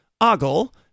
Ogle